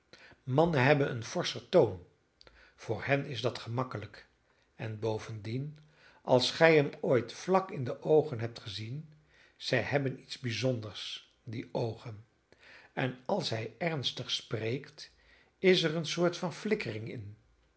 mannen hebben een forscher toon voor hen is dat gemakkelijk en bovendien als gij hem ooit vlak in de oogen hebt gezien zij hebben iets bijzonders die oogen en als hij ernstig spreekt is er een soort van flikkering in